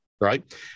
right